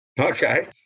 Okay